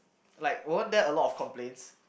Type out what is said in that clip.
like weren't there a lot of complains